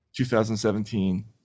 2017